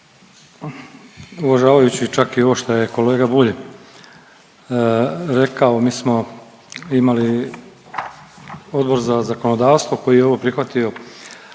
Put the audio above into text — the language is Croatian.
Uvažavajući čak i ovo što je kolega Bulj rekao, mi smo imali Odbor za zakonodavstvo koji je ovo prihvatio